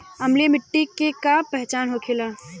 अम्लीय मिट्टी के का पहचान होखेला?